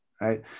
right